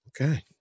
okay